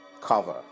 cover